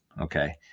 Okay